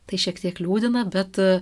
tai šiek tiek liūdina bet